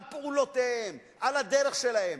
על פעולותיהם, על הדרך שלהם.